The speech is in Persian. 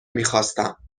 میخواستم